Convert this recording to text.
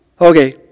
okay